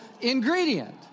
ingredient